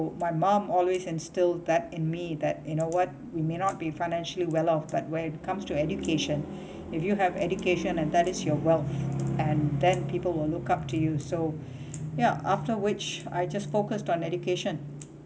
my mom always instill that in me that you know what we may not be financially well off but when it comes to education if you have education and that is your wealth and then people will look up to you so yeah after which I just focused on education